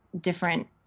different